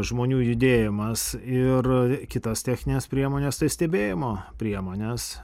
žmonių judėjimas ir kitos techninės priemonės tai stebėjimo priemonės